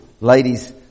Ladies